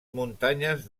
muntanyes